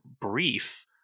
brief